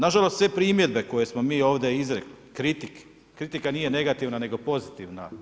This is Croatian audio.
Nažalost sve primjedbe koje smo mi ovdje izrekli, kritike, kritika nije negativna nego pozitivna.